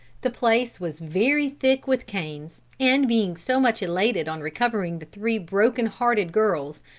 the place was very thick with canes, and being so much elated on recovering the three broken-hearted girls,